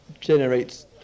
generates